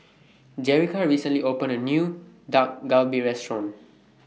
Jerrica recently opened A New Dak Galbi Restaurant